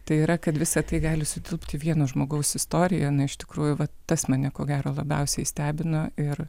tai yra kad visa tai gali sutilpt į vieno žmogaus istoriją iš tikrųjų tas mane ko gero labiausiai stebino ir